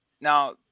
now